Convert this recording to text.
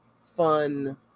fun